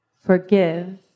forgive